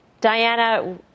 Diana